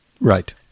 Right